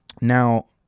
Now